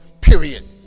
Period